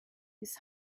his